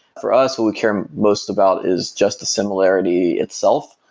for us, what we care most about is just the similarity itself,